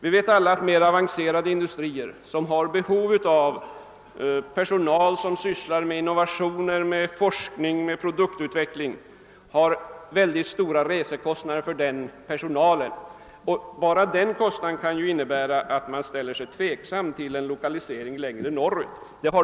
Vi vet alla att mera avancerade industrier som har behov av personal som sysslar med innovationer, forskning och produktutveckling får mycket stora resekostnader för denna personal. Bara den kostnaden kan göra att företagen ställer sig tveksamma till en lokalisering längre norrut.